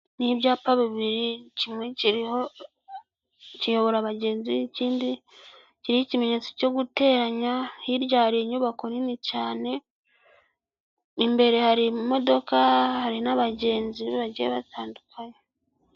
Ni ibyapa bibiri, kimwe kiyobora abagenzi, ikindi kiriho ikimenyetso cyo guteranya, hirya hari inyubako nini cyane imbere hari imodoka, hari n'abagenzi bagiye batandukanye.